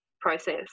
process